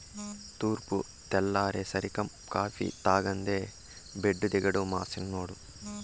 తూర్పు తెల్లారేసరికం కాఫీ తాగందే బెడ్డు దిగడు మా సిన్నోడు